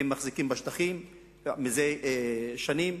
הם מחזיקים בשטחים זה שנים,